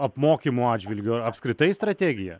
apmokymų atžvilgiu apskritai strategija